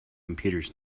computers